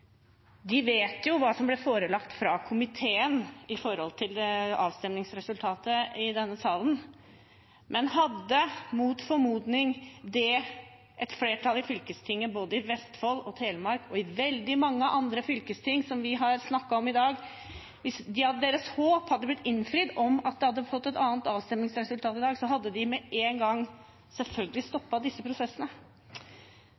De vet jo hva som ble forelagt dem fra komiteen når det gjelder avstemningsresultatet i denne salen. Men hadde, mot formodning, håpet om et annet avstemningsresultat til et flertall i fylkestinget både i Vestfold, i Telemark og i veldig mange andre fylkesting som vi har snakket om, i dag blitt innfridd, hadde de med en gang selvfølgelig